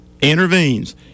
intervenes